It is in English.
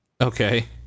okay